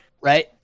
Right